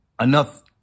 enough